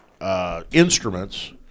instruments